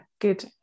good